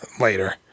later